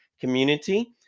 community